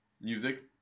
music